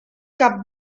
cap